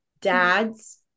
dads